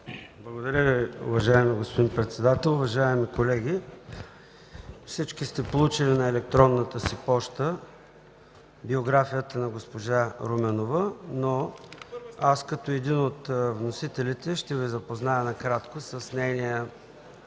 Благодаря Ви, уважаеми господин председател. Уважаеми колеги, всички сте получили на електронната си поща биографията на госпожа Руменова, но аз, като един от вносителите, ще Ви запозная накратко с нейния